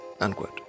unquote